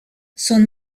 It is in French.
son